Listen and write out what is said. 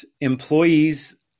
employees